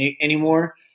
anymore